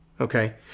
Okay